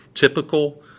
typical